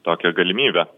tokią galimybę